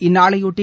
இந்நாளைபொட்டி